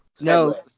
No